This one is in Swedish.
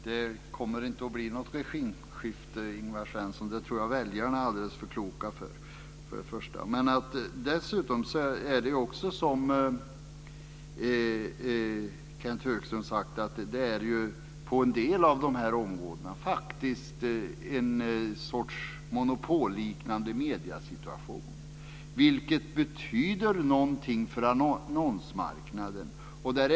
Fru talman! Det kommer inte att bli något regimskifte, Ingvar Svensson. Det tror jag att väljarna är alldeles för kloka för. Det är också som Kenth Högström sagt så att det på en del av dessa områden är en sorts monopolliknande mediesituation, vilket betyder någonting för annonsmarknaden.